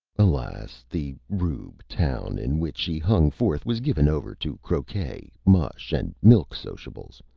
alas, the rube town in which she hung forth was given over to croquet, mush and milk sociables,